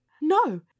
No